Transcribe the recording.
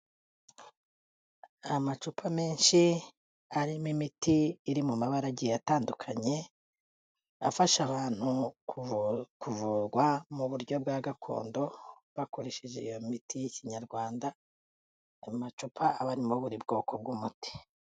Amacupa menshi arimo imiti iri mu mabara agiye atandukanye afasha abantu kuvurwa mu buryo bwa gakondo bakoresheje iyo miti y'Ikinyarwanda, ayo macupa aba arimo buri bwoko bw'umuti.